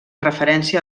referència